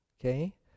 Okay